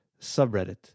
subreddit